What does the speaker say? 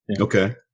Okay